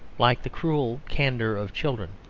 like the cruel candour of children.